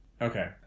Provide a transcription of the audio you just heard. Okay